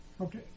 Okay